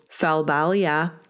Falbalia